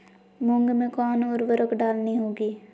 मूंग में कौन उर्वरक डालनी होगी?